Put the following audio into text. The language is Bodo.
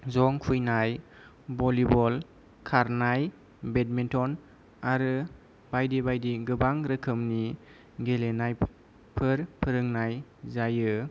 जं खुबैनाय भलिबल खारनाय बेडमिन्टन आरो बायदि बायदि गोबां रोखोमनि गेलेनायफोर फोरोंनाय जायो